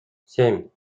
семь